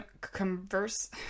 converse